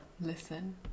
Listen